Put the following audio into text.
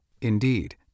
Indeed